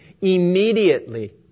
immediately